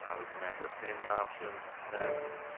and we can manage our payment options next.